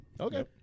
Okay